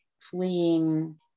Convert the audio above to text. fleeing